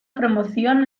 promoción